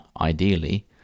ideally